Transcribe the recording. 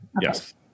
Yes